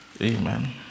Amen